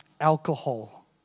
alcohol